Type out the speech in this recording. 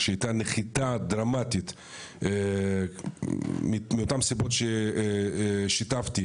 שהייתה נחיתה דרמטית מאותם סיבות ששיתפתי,